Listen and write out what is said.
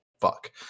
fuck